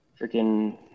Freaking